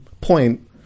point